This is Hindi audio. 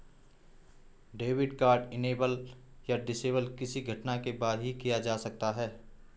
डेबिट कार्ड इनेबल या डिसेबल किसी घटना के बाद ही किया जा सकता है